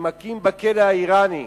נמקים בכלא האירני.